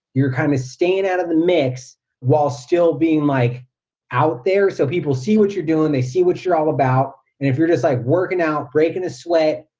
you're kind of staying out of the mix while still being like out there. so people see what you're doing, they see what you're all about. and if you're just like working out, breaking a sweat,